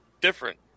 different